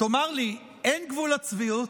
תאמר לי, אין גבול לצביעות?